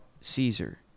Caesar